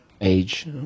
Age